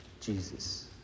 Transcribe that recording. Jesus